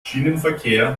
schienenverkehr